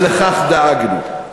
ולכך דאגנו.